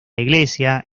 iglesia